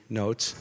notes